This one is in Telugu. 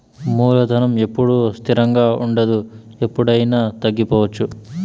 మూలధనం ఎప్పుడూ స్థిరంగా ఉండదు ఎప్పుడయినా తగ్గిపోవచ్చు